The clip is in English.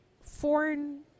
foreign